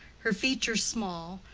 her features small,